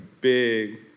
big